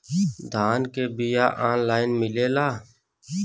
धान के बिया ऑनलाइन मिलेला?